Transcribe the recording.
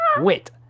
Wait